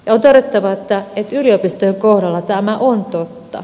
on todettava että yliopistojen kohdalla tämä on totta